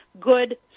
Good